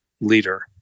leader